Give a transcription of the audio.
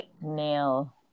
nail